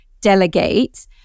delegate